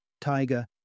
tiger